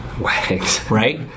Right